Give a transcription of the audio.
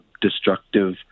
destructive